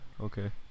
okay